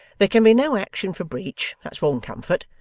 there can be no action for breach, that's one comfort.